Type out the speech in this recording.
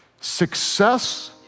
Success